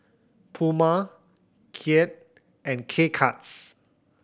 Puma Kia and K Cuts